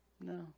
No